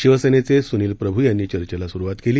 शिवसेनेचे सुनील प्रभू यांनी चर्चेला सुरुवात केली